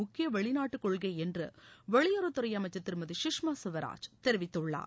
முக்கிய வெளிநாட்டு கொள்கை என்று வெளியுறவு அமைச்சர் திருமதி சுஷ்மா சுவராஜ் தெரிவித்துள்ளார்